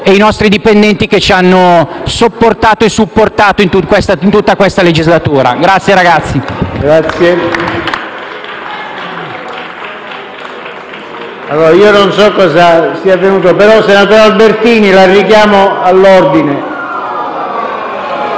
e i nostri dipendenti che ci hanno sopportato e supportato nel corso di tutta questa legislatura: grazie ragazzi.